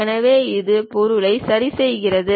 எனவே அது பொருளை சரிசெய்கிறது